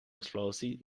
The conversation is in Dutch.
explosie